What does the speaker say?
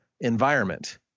environment